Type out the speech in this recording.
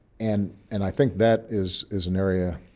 and and i think that is is an area